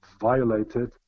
violated